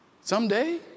Someday